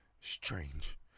strange